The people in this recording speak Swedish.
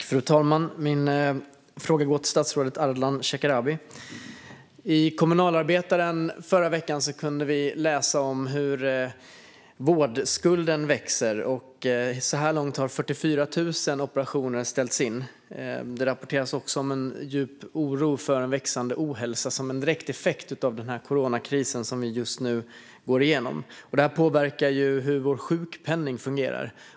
Fru talman! Min fråga går till statsrådet Ardalan Shekarabi. I Kommunalarbetaren kunde vi i förra veckan läsa om hur vårdskulden växer. Så här långt har 44 000 operationer ställts in. Det rapporteras också om en djup oro för en växande ohälsa som en direkt effekt av coronakrisen som vi just nu går igenom. Det här påverkar hur vår sjukpenning fungerar.